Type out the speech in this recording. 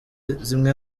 zimwe